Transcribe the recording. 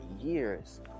years